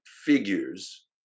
figures